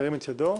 ירים את ידו.